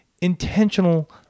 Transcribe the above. intentional